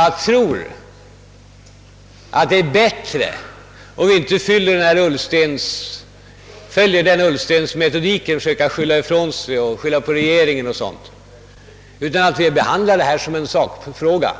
Jag tror det är bättre om vi inte följer herr Ullstens metodik att försöka skylla ifrån sig på regeringen utan behandlar detta som en sakfråga